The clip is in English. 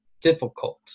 difficult